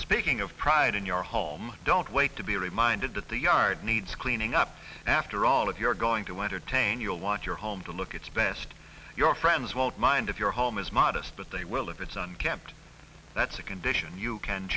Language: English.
speaking of pride in your home don't wait to be reminded that the yard needs cleaning up after all if you're going to entertain you'll want your home to look it's best your friends won't mind if your home is modest but they will if it's unkempt that's a condition you can